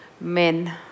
men